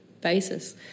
basis